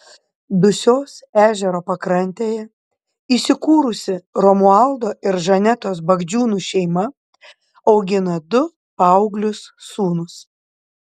dusios ežero pakrantėje įsikūrusi romualdo ir žanetos bagdžiūnų šeima augina du paauglius sūnus